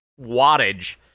wattage